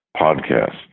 podcast